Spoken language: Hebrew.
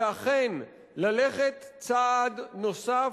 זה אכן ללכת צעד נוסף